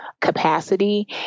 capacity